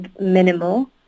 minimal